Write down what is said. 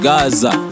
Gaza